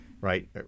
right